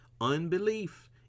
Unbelief